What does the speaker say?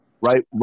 Right